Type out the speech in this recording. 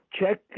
check